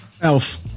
Elf